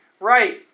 Right